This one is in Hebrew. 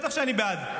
בטח שאני בעד,